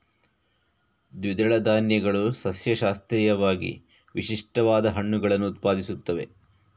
ದ್ವಿದಳ ಧಾನ್ಯಗಳು ಸಸ್ಯಶಾಸ್ತ್ರೀಯವಾಗಿ ವಿಶಿಷ್ಟವಾದ ಹಣ್ಣುಗಳನ್ನು ಉತ್ಪಾದಿಸುತ್ತವೆ